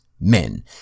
men